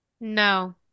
No